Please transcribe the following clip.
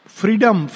freedom